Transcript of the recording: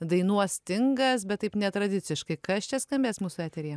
dainuostingas bet taip netradiciškai kas čia skambės mūsų eteryje